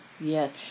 Yes